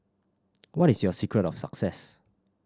what is your secret of success